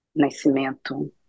Nascimento